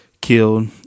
killed